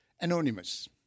Anonymous